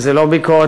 וזה לא ביקורת,